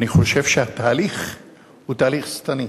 אני חושב שהתהליך הוא תהליך שטני.